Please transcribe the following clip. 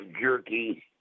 jerky